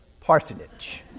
parsonage